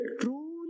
true